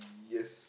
yes